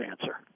answer